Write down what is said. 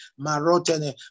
Marotene